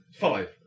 Five